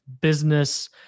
business